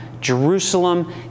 Jerusalem